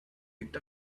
picked